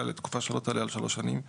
לתקופה שלא תעלה על שלוש שנים נוספות,